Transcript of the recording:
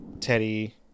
Teddy